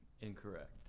Incorrect